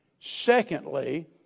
secondly